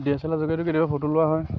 D S L R যোগেদিও কেতিয়াবা photo লোৱা হয়